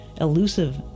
elusive